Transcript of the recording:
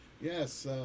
Yes